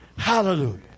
Hallelujah